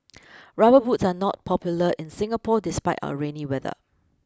rubber boots are not popular in Singapore despite our rainy weather